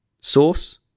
source